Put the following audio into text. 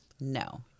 No